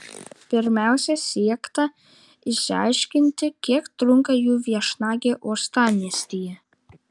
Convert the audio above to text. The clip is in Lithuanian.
pirmiausia siekta išsiaiškinti kiek trunka jų viešnagė uostamiestyje